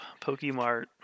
PokeMart